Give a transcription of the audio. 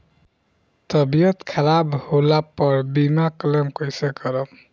तबियत खराब होला पर बीमा क्लेम कैसे करम?